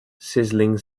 sizzling